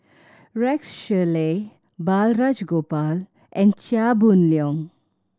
Rex Shelley Balraj Gopal and Chia Boon Leong